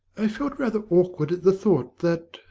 i felt rather awkward at the thought that